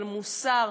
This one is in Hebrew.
על מוסר,